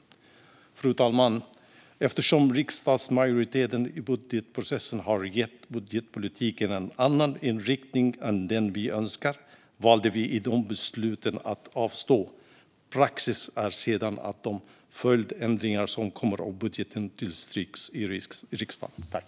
Fru talman! Eftersom riksdagsmajoriteten i budgetprocessen gav budgetpolitiken en annan inriktning än den vi önskade valde vi i de besluten att avstå. Praxis är sedan att de följdändringar som kommer av budgeten tillstyrks i riksdagen.